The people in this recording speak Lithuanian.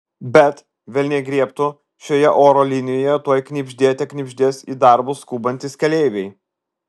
bet velniai griebtų šioje oro linijoje tuoj knibždėte knibždės į darbus skubantys keleiviai